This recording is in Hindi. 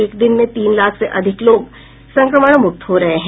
एक दिन में तीन लाख से अधिक लोग संक्रमण मुक्त हो रहे हैं